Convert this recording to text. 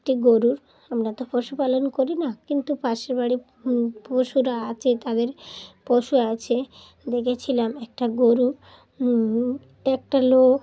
একটি গরুর আমরা তো পশুপালন করি না কিন্তু পাশের বাড়ি পশুরা আছে তাদের পশু আছে দেখেছিলাম একটা গরুর একটা লোক